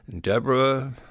Deborah